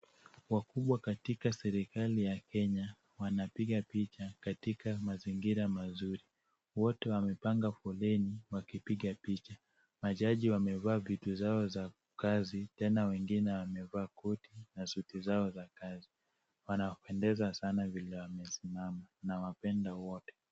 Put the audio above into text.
Wakubwa katika serikali ya Kenya wanapiga picha katika mazingira mazuri, wote wamepanga foleni wakipiga picha, majaji wamevaa vitu zao za kazi, tena wengine wamevaa koti na suti zao za kazi, wanapendeza sana vile wamesimama nawapenda wote.